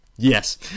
Yes